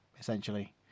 essentially